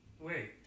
Wait